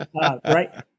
right